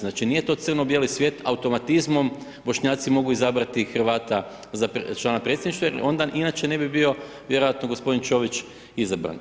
Znači, nije to crno-bijeli svijet, automatizmom Bošnjaci mogu izabrati Hrvata za člana predsjedništva jer onda inače ne bi bio vjerojatno gospodin Čović izabran.